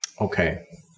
Okay